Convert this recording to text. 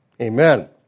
Amen